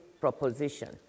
proposition